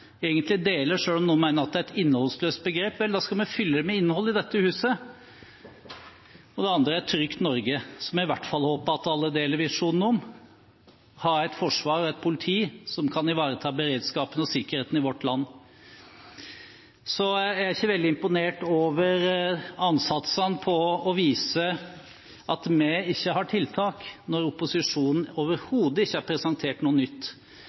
egentlig deler, selv om noen mener det er et innholdsløst begrep. Vel, da skal vi i dette huset fylle det med innhold. Den andre er et trygt Norge, som jeg i hvert fall håper at alle deler visjonen om: ha et forsvar og et politi som kan ivareta beredskapen og sikkerheten i vårt land. Jeg er ikke veldig imponert over ansatsene til å vise at vi ikke har tiltak, når opposisjonen overhodet ikke har presentert noe nytt.